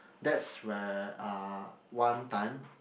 that's where uh one time